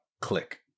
Click